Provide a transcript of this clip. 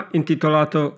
intitolato